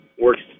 works